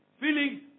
Feeling